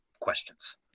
questions